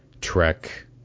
Trek